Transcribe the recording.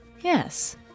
Yes